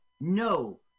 No